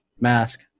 mask